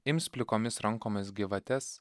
ims plikomis rankomis gyvates